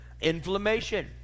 Inflammation